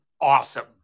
awesome